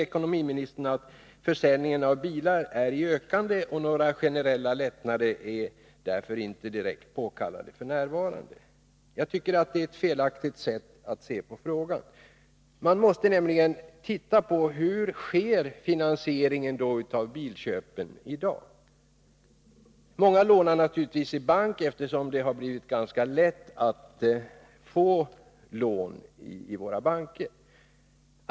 Ekonomiministern säger att försäljningen av bilar nu ökar och att några generella lättnader därför inte är direkt påkallade f.n. Jag tycker att det är ett felaktigt sätt att se på frågan. Man måste nämligen se på hur finansieringen av bilköpet sker i dag. Många lånar naturligtvis i bank, eftersom det har blivit ganska lätt att få lån i våra banker.